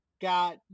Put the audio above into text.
got